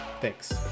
thanks